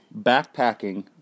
Backpacking